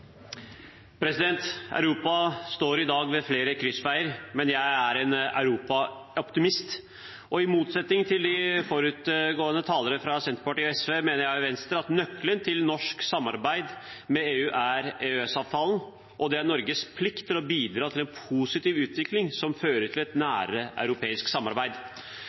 en Europa-optimist. Og i motsetning til de forutgående talere, fra Senterpartiet og SV, mener jeg og Venstre at nøkkelen til norsk samarbeid med EU er EØS-avtalen, og at det er Norges plikt å bidra til en positiv utvikling som fører til et nærere europeisk samarbeid.